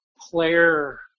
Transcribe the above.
player